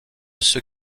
ceux